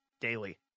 daily